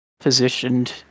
positioned